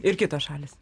ir kitos šalys